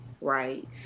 right